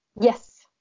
Yes